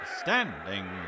standing